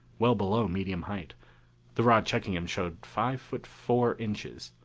well below medium height the rod checking him showed five foot four inches.